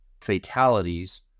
fatalities